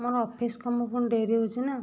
ମୋର ଅଫିସ୍ କାମ ପୁଣି ଡ଼େରି ହେଉଛି ନା